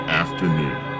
afternoon